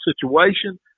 situation